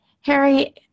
Harry